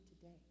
today